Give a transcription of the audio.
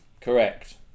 Correct